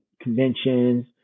conventions